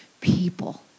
People